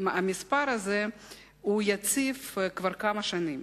המספר הזה הוא יציב כבר כמה שנים.